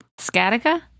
Scatica